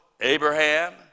Abraham